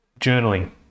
journaling